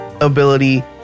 ability